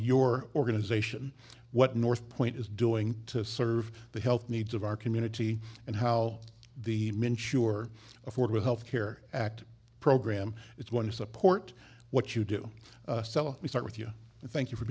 your organization what northpoint is doing to serve the health needs of our community and how the men sure afford with health care act program it's one to support what you do sell we start with you thank you for